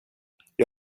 jag